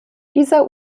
dieser